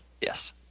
Yes